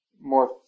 more